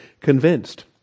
convinced